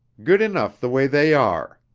good enough the way they are!